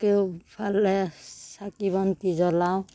কেওঁফালে চাকি বন্তি জলাওঁ